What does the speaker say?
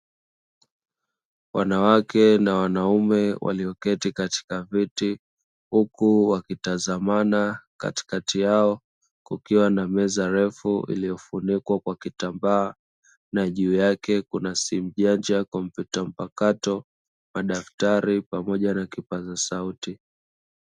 Wanawake na wanaume walioketi katika viti huku wakitazamana katikati yao kukiwa na meza refu iliyofunikwa kwa kitambaa na juu yake kuna simu janja, compyuta mpakato, madaktari pamoja na kipaza sauti.